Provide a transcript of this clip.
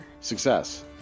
Success